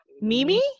Mimi